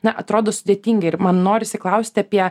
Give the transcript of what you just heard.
na atrodo sudėtinga ir man norisi klausti apie